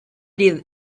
did